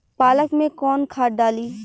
पालक में कौन खाद डाली?